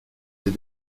des